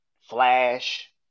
Flash